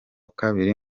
kabiri